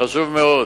חשוב מאוד